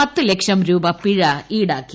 പത്തുലക്ഷം രൂപ പിഴ ഈടാക്കി